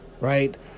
right